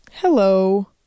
Hello